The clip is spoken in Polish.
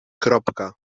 kropka